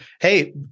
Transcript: Hey